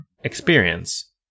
experience